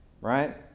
Right